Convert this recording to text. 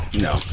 No